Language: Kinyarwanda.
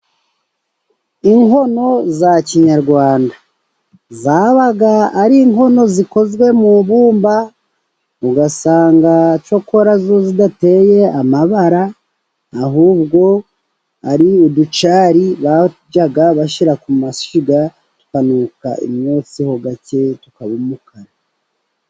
Inkono za kinyarwanda, zabaga ari inkono zikozwe mu ibumba, ugasanga cyokora zo zidateye amabara, ahubwo ari uducari bajyaga bashyira ku mashyiga tukanuka imyotsi ho gake, tukaba umukara.